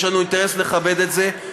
יש לנו אינטרס לכבד את זה,